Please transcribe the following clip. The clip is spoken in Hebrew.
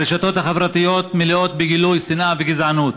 הרשתות החברתיות מלאות בגילויי שנאה וגזענות.